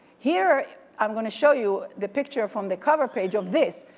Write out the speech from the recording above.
here i'm going to show you the picture from the cover page of this.